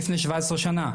לפני 17 שנה,